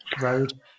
road